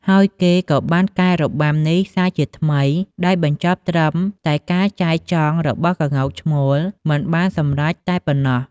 ហើយគេក៏បានកែរបាំនេះសាជាថ្មី ដោយបញ្ចប់ត្រឹមតែការចែចង់របស់ក្ងោកឈ្មោល មិនបានសម្រេចតែប៉ុណ្ណោះ។